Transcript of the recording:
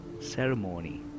ceremony